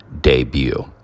debut